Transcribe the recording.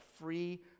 free